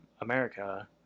America